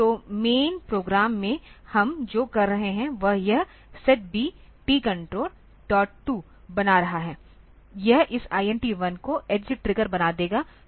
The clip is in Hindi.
तो मैन प्रोग्राम में हम जो कर रहे हैं वह यह setb tcon2 बना रहा है यह इस INT1 को एज ट्रिगर्ड बना देगा